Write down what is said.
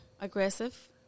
aggressive